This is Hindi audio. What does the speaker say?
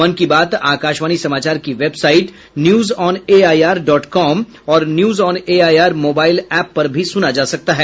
मन की बात आकाशवाणी समाचार की वेबसाईट न्यूजऑनएआईआर डॉट कॉम और न्यूजऑनएआईआर मोबाईल एप पर भी सुना जा सकता है